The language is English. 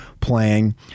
playing